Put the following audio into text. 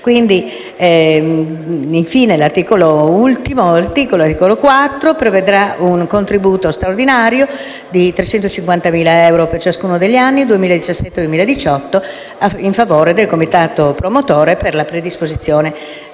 di Ovidio. L'articolo 4 prevede infine un contributo straordinario di 350.000 euro per ciascuno degli anni 2017 e 2018, in favore del Comitato promotore, per la predisposizione